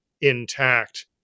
intact